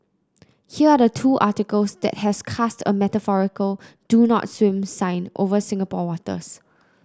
here are the two articles that has cast a metaphorical do not swim sign over Singapore waters